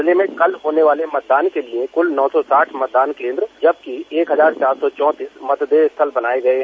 जिले में कल होने वाले मतदान के लिए कल नौ साठ मतदान केन्द्र जबकि एक हजार चार सौ चौबीस मतदेय स्थल बनाये गये